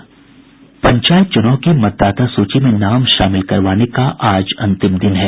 पंचायत चुनाव की मतदाता सूची में नाम शामिल करवाने का आज अंतिम दिन है